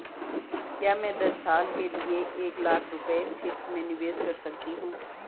क्या मैं दस साल के लिए एक लाख रुपये फिक्स में निवेश कर सकती हूँ?